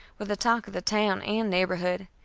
were the talk of the town and neighborhood,